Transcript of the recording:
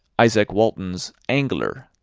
izaak walton's angler,